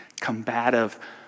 combative